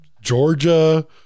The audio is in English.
Georgia